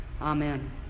Amen